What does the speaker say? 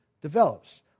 develops